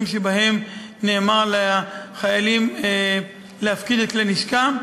שבהם נאמר לחיילים להפקיד את כלי נשקם.